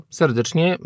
serdecznie